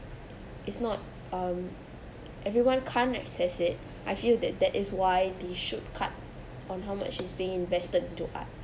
it's not um everyone can't access it I feel that that is why they should cut on how much is being invested into art